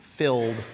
filled